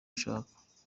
ushaka